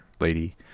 lady